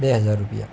બે હજાર રૂપિયા